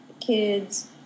kids